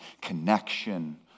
connection